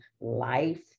life